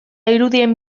irudien